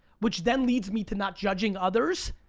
which then leads me to not judging others,